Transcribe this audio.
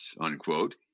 unquote